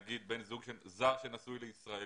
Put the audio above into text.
למשל בן זוג זר שנשוי לישראלית,